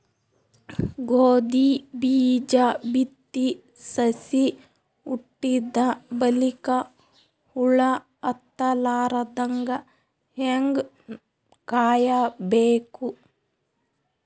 ಗೋಧಿ ಬೀಜ ಬಿತ್ತಿ ಸಸಿ ಹುಟ್ಟಿದ ಬಲಿಕ ಹುಳ ಹತ್ತಲಾರದಂಗ ಹೇಂಗ ಕಾಯಬೇಕು?